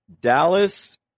Dallas